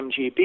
MGB